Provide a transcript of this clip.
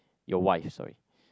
your wife sorry